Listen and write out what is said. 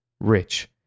rich